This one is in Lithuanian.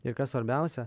ir kas svarbiausia